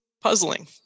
puzzling